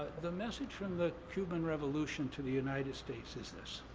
the message from the cuban revolution to the united states is this,